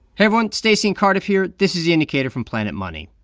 everyone. stacey and cardiff here. this is the indicator from planet money.